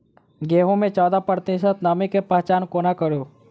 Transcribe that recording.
गेंहूँ मे चौदह प्रतिशत नमी केँ पहचान कोना करू?